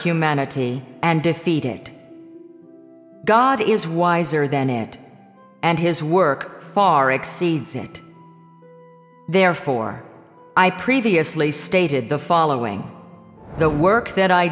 humanity and defeat it god is wiser than it and his work far exceeds it therefore i previously stated the following the work that i